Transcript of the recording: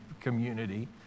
community